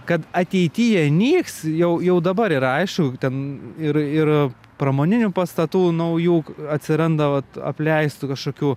kad ateity jie nyks jau jau dabar yra aišku ten ir ir pramoninių pastatų naujų atsiranda vat apleistų kažkokių